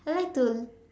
I like to